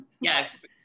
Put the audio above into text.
Yes